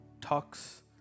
talks